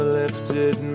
lifted